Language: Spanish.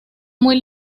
muy